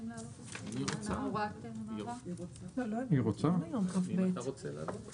שהוסמך לפי סעיף 88כב. שיראו את הפקחים כפקחים לעניינים הדואריים.